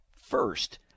first